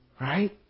right